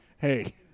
Hey